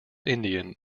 indian